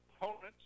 opponents